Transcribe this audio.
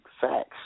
facts